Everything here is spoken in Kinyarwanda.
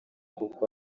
kuko